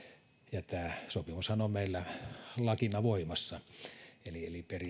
ja tämä sopimushan on meillä lakina voimassa eli periaatteessa kaikki